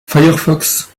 firefox